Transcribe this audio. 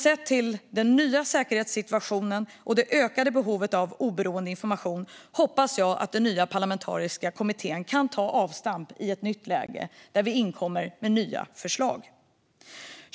Sett till den nya säkerhetssituationen och det ökade behovet av oberoende information hoppas jag att den nya parlamentariska kommittén kan ta avstamp i ett nytt läge där vi inkommer med nya förslag.